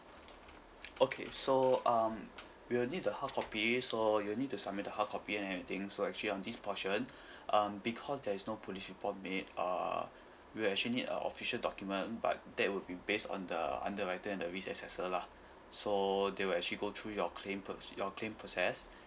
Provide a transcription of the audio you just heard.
okay so um we will need the hard copy so you'll need to submit a hard copy and everything so actually um this portion um because there is no police report made uh we actually need a official document but that will be based on the under attend lah so they will actually go thtough your claim pro~ your claim process